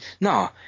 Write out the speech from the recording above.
No